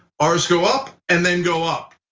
ours go up and then go up.